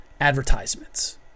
advertisements